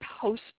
post